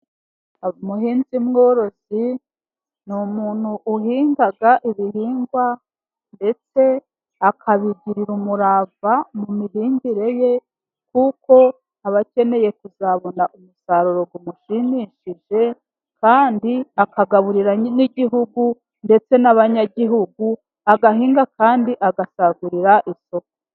Umuhinzi mworozi ni umuntu uhinga ibihingwa ndetse akabigirira umurava mu mihingire ye, kuko aba akeneye kuzabona umusaruro umushimishije kandi akagaburirira n'igihugu ndetse n'abanyagihugu, agahinga kandi agasagurira isoko.